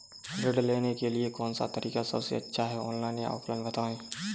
ऋण लेने के लिए कौन सा तरीका सबसे अच्छा है ऑनलाइन या ऑफलाइन बताएँ?